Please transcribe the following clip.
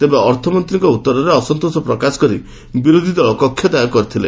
ତେବେ ଅର୍ଥମନ୍ତୀଙ୍କ ଉତ୍ତରରେ ଅସନ୍ତୋଷ ପ୍ରକାଶ କରି ବିରୋଧୀ ଦଳ କଷତ୍ୟାଗ କରିଥିଲେ